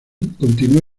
continuó